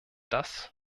das